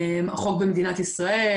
החוק במדינת ישראל,